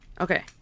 okay